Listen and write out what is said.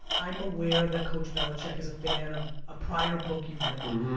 i'm aware that coach belichick is a fan of a prior book you've written.